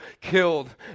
killed